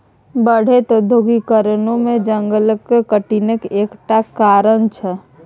बढ़ैत औद्योगीकरणो जंगलक कटनीक एक टा कारण छै